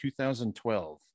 2012